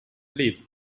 lifts